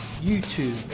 YouTube